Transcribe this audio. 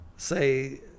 say